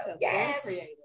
Yes